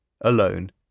alone